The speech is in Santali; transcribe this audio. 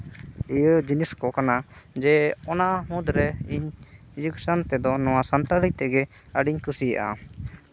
ᱤᱭᱟᱹ ᱡᱤᱱᱤᱥ ᱠᱚ ᱠᱟᱱᱟ ᱡᱮ ᱚᱱᱟ ᱢᱩᱫᱽᱨᱮ ᱤᱧ ᱮᱰᱩᱠᱮᱥᱚᱱ ᱛᱮᱫᱚ ᱱᱚᱣᱟ ᱥᱟᱱᱛᱟᱲᱤ ᱛᱮᱜᱮ ᱟᱹᱰᱤᱧ ᱠᱩᱥᱤᱭᱟᱜᱼᱟ